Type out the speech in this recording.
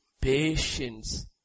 patience